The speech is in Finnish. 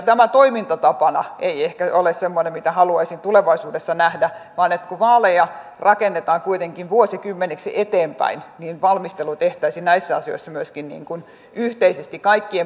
tämä toimintatapana ei ehkä ole semmoinen mitä haluaisin tulevaisuudessa nähdä vaan toivoisin että kun vaaleja rakennetaan kuitenkin vuosikymmeniksi eteenpäin niin valmistelu tehtäisiin näissä asioissa myöskin niin kuin yhteisesti kaikkien puolueiden välillä